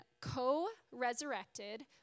co-resurrected